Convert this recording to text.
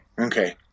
Okay